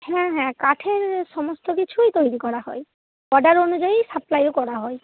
হ্যাঁ হ্যাঁ কাঠের সমস্ত কিছুই তৈরি করা হয় অর্ডার অনুযায়ী সাপ্লাইও করা হয়